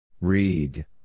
Read